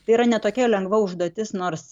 tai yra ne tokia lengva užduotis nors